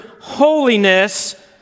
holiness